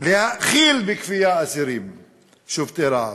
להאכיל בכפייה אסירים שובתי רעב.